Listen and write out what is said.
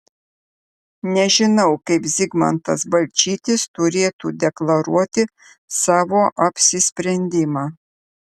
nežinau kaip zigmantas balčytis turėtų deklaruoti savo apsisprendimą